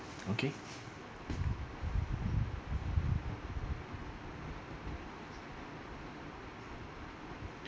okay